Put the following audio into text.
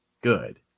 good